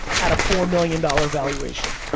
at a four million dollar evaluation.